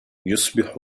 يصبح